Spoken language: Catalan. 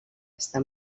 està